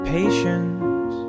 patience